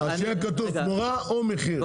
שיהיה כתוב תמורה או מחיר.